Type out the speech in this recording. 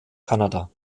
kanada